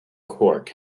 cork